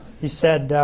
he said